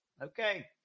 Okay